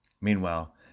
Meanwhile